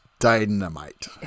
dynamite